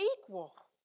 equal